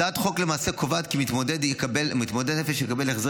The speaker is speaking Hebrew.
הצעת החוק קובעת כי מתמודד הנפש יקבל החזר